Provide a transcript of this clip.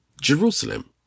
Jerusalem